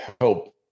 help